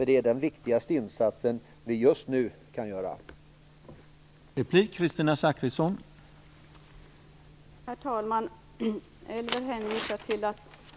Det är den viktigaste insats vi kan göra just nu.